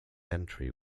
entry